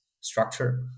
structure